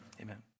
Amen